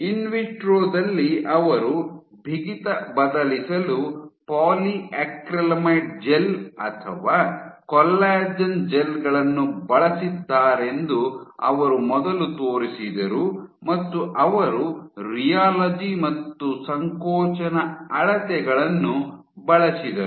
in vitro ದಲ್ಲಿ ಅವರು ಬಿಗಿತ ಬದಲಿಸಲು ಪಾಲಿಯಾಕ್ರಿಲಾಮೈಡ್ ಜೆಲ್ ಅಥವಾ ಕೊಲ್ಲಾಜೆನ್ ಜೆಲ್ ಗಳನ್ನು ಬಳಸಿದ್ದಾರೆಂದು ಅವರು ಮೊದಲು ತೋರಿಸಿದರು ಮತ್ತು ಅವರು ರಿಯಾಲೊಜಿ ಮತ್ತು ಸಂಕೋಚನ ಅಳತೆಗಳನ್ನು ಬಳಸಿದರು